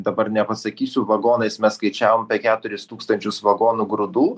dabar nepasakysiu vagonais mes skaičiavom apie keturis tūkstančius vagonų grūdų